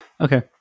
Okay